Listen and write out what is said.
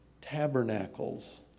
Tabernacles